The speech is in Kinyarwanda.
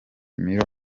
mirror